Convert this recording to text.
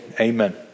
amen